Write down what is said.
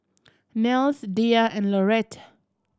Nels Diya and Laurette